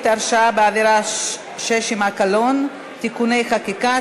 (הרשעה בעבירה שיש עמה קלון) (תיקוני חקיקה),